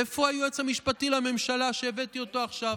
איפה היועץ המשפטי לממשלה שהבאתי עכשיו?